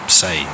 say